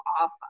off